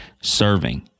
serving